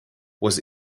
was